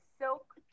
silk